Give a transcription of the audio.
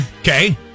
Okay